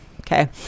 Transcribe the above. okay